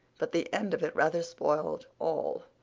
but the end of it rather spoiled all.